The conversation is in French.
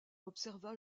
observa